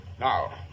Now